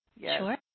Sure